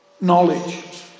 Knowledge